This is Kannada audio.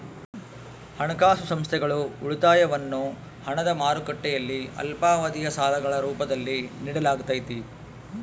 ಹಣಕಾಸು ಸಂಸ್ಥೆಗಳು ಉಳಿತಾಯವನ್ನು ಹಣದ ಮಾರುಕಟ್ಟೆಯಲ್ಲಿ ಅಲ್ಪಾವಧಿಯ ಸಾಲಗಳ ರೂಪದಲ್ಲಿ ನಿಡಲಾಗತೈತಿ